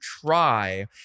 try